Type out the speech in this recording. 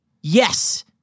Yes